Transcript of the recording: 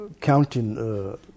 counting